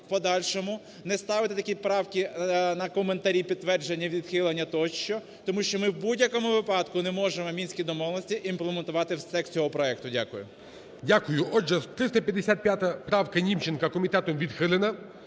в подальшому не ставити такі правки на коментарі, підтвердження, відхилення тощо, тому що ми в будь-якому випадку не можемо Мінські домовленості імплементувати в текст цього проекту. Дякую.